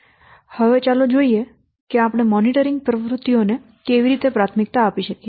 હવે ચાલો જોઈએ કે આપણે મોનિટરિંગ પ્રવૃત્તિઓને કેવી રીતે પ્રાથમિકતા આપી શકીએ